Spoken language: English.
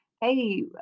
hey